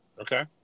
Okay